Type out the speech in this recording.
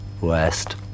West